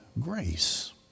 grace